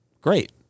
Great